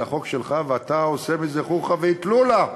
זה החוק שלך ואתה עושה מזה חוכא ואטלולא.